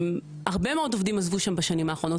הרבה מאוד עובדים עזבו שם בשנים האחרונות.